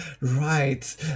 Right